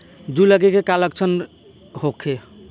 जूं लगे के का लक्षण का होखे?